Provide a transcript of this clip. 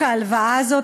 שיווק ההלוואה הזאת.